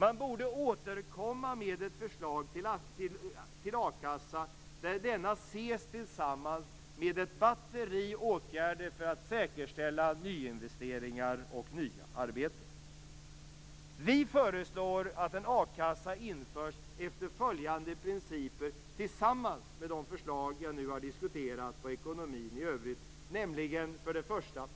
Man borde återkomma med ett förslag till a-kassa där denna ses tillsammans med ett batteri åtgärder för att säkerställa nyinvesteringar och nya arbeten. Vi föreslår att en a-kassa införs efter följande principer tillsammans med de förslag som jag nu har diskuterat för ekonomin i övrigt. För det första skall